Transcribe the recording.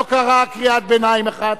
לא קרא קריאת ביניים אחת,